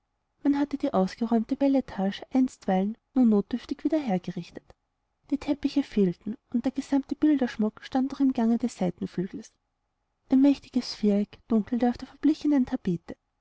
man hatte die ausgeräumte bel etage einstweilen nur notdürftig wieder hergerichtet die teppiche fehlten und der gesamte bilderschmuck stand noch im gange des seitenflügels ein mächtiges viereck dunkelte auf der verblichenen tapete